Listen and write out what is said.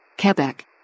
Quebec